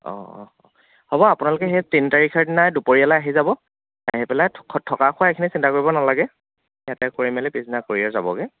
অঁ অঁ অঁ হ'ব আপোনালোকে সেই তিনি তাৰিখৰ দিনাই দুপৰীয়ালৈ আহি যাব আহি পেলাই থকা খোৱা এইখিনি চিন্তা কৰিব নেলাগে ইয়াতে কৰি মেলি পিছদিনা কৰিয়ে যাবগৈ